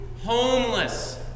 Homeless